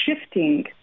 shifting